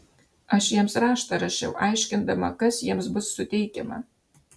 aš jiems raštą rašiau aiškindama kas jiems bus suteikiama